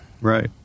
Right